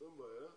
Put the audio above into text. אין בעיה.